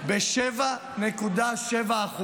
ביולי ב-7.7%.